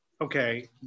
okay